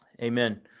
Amen